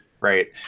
right